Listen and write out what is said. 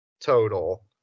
total